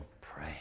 pray